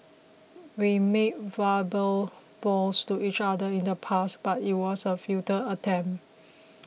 we made verbal vows to each other in the past but it was a futile attempt